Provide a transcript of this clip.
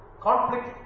Conflict